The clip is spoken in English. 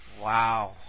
Wow